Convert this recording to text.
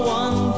one